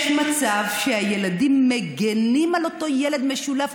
יש מצב שהילדים מגינים על אותו ילד משולב,